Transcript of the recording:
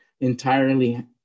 entirely